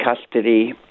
custody